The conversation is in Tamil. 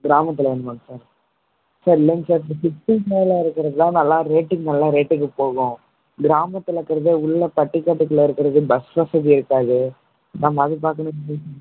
கிராமத்தில் வேணுமாங்க சார் சார் இல்லைங்க சார் இந்த சிட்டி மேல் இருக்கிறது தான் நல்லா ரேட்டுக்கு நல்லா ரேட்டுக்கு போகும் கிராமத்தில் இருக்கிறது உள்ளே பட்டிக்காட்டுக்குள்ளே இருக்கிறது பஸ் வசதி இருக்காது நம்ம அது பார்க்கணும்ல